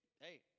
Hey